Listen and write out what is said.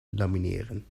lamineren